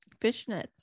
fishnets